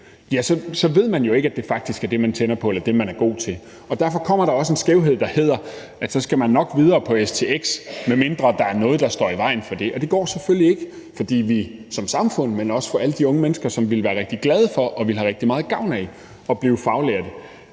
Så ved man jo ikke, at det faktisk er det, man tænder på, eller er det, man er god til. Og derfor kommer der også en skævhed, der hedder, at så skal man nok videre på stx, medmindre der er noget, der står i vejen for det. Og det går selvfølgelig ikke, hverken for os som samfund eller for de unge mennesker, som ville være rigtig glade for og ville have rigtig meget gavn af at blive faglærte.